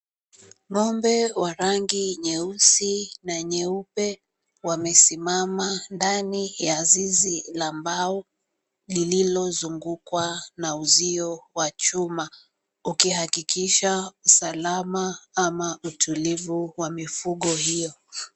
Ng'ombe wa rangi nyeusi na nyeupe wamesimama ndani ya zizi la mbao lililozungukwa na uzio wa chuma ukihakikisha usalama ama utulivu wa mifugo hiyo .